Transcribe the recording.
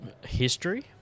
history